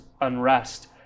unrest